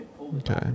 Okay